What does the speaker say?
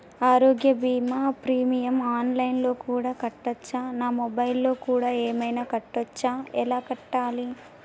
ఆరోగ్య బీమా premium online లో కూడా కట్టచ్చా? నా మొబైల్లో కూడా ఏమైనా కట్టొచ్చా? ఎలా కట్టాలి?